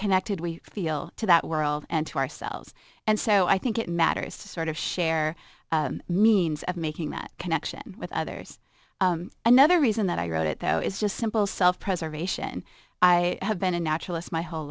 connected we feel to that world and to ourselves and so i think it matters to sort of share means of making that connection with others another reason the i wrote it though it's just simple self preservation i have been a naturalist my whole